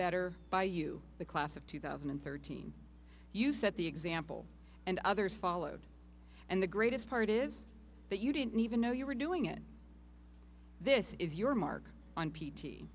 better by you the class of two thousand and thirteen you set the example and others followed and the greatest part is that you didn't even know you were doing it this is your mark on p t